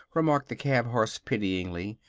remarked the cab-horse, pityingly.